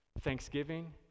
thanksgiving